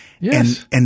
Yes